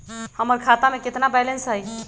हमर खाता में केतना बैलेंस हई?